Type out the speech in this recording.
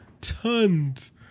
tons